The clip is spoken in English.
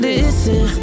Listen